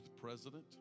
president